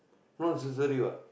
not necessary what